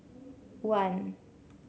one